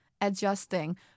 Adjusting